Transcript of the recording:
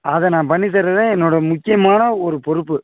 அதை நான் பண்ணித் தர்றது தான் என்னோடய முக்கியமான ஒரு பொறுப்பு